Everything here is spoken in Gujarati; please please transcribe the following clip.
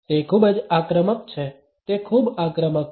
તે ખૂબ જ આક્રમક છે તે ખૂબ આક્રમક છે